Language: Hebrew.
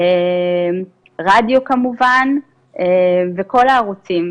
רדיו כמובן וכל הערוצים,